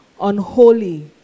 Unholy